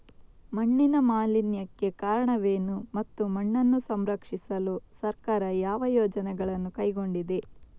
ಮಣ್ಣಿನ ಮಾಲಿನ್ಯಕ್ಕೆ ಕಾರಣವೇನು ಮತ್ತು ಮಣ್ಣನ್ನು ಸಂರಕ್ಷಿಸಲು ಸರ್ಕಾರ ಯಾವ ಯೋಜನೆಗಳನ್ನು ಕೈಗೊಂಡಿದೆ?